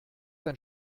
dein